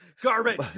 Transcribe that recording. Garbage